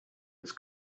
its